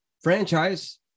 franchise